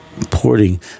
porting